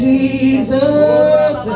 Jesus